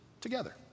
together